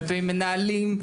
כלפי מנהלים.